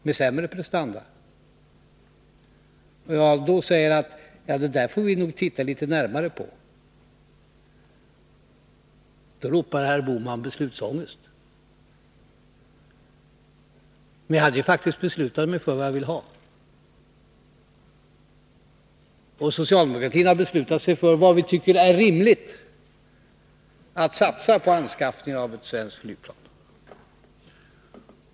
med sämre prestanda, och jag då säger att vi får titta litet närmare på det där — då ropar herr Bohman: Beslutsångest! Men jag hade faktiskt beslutat mig för vad jag ville ha. Och socialdemokratin har beslutat sig för vad vi tycker det är rimligt att satsa på anskaffningen av ett svenskt flygplan.